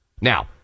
Now